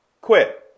quit